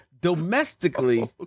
domestically